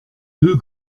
deux